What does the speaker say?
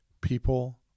people